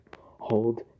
hold